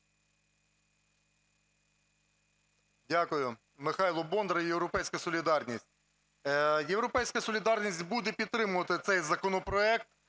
Дякую. Михайло Бондар, "Європейська солідарність". "Європейська солідарність" буде підтримувати цей законопроект,